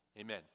amen